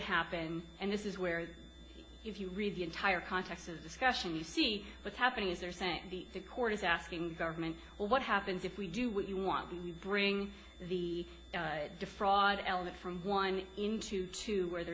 happen and this is where if you read the entire context of discussion you see what's happening is they're saying the court is asking government well what happens if we do what you want to bring the defrauded element from one into two where there